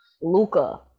luca